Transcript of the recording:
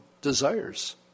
desires